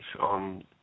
on